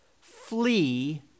Flee